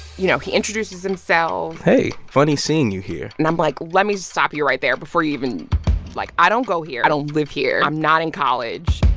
you know, he introduces himself hey, funny seeing you here and i'm like, let me just stop you right there, before you even like, i don't go here. i don't live here. i'm not in college